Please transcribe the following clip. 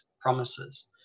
promises